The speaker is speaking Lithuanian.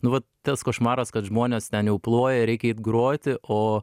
nu vat tas košmaras kad žmonės ten jau ploja ir reikia eit groti o